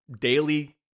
daily